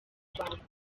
rwanda